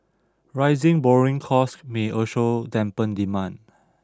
rising borrowing costs may also dampen demand